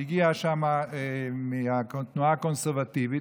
שהגיע מהתנועה הקונסרבטיבית,